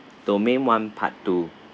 domain one part two